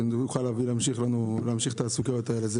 שתוכל להמשיך להביא את הסוכריות האלה.